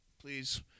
Please